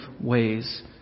ways